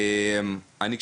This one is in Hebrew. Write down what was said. אני אגב,